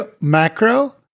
macro